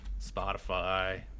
Spotify